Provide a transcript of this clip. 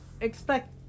expect